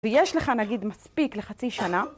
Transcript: ויש לך נגיד מספיק לחצי שנה